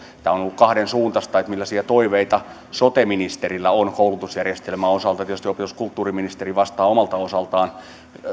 tämä on ollut kahdensuuntaista millaisia toiveita sote ministerillä on koulutusjärjestelmän osalta tietysti opetus ja kulttuuriministeri vastaa omalta osaltaan